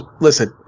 Listen